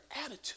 attitude